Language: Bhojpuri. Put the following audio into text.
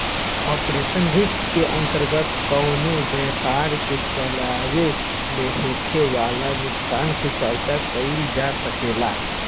ऑपरेशनल रिस्क के अंतर्गत कवनो व्यपार के चलावे में होखे वाला नुकसान के चर्चा कईल जा सकेला